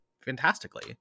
fantastically